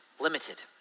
limited